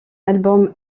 album